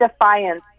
defiance